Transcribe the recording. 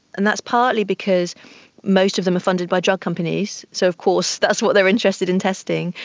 and that's partly because most of them are funded by drug companies, so of course that's what they're interested in testing.